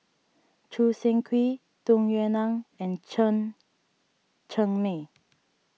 Choo Seng Quee Tung Yue Nang and Chen Cheng Mei